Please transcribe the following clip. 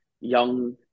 young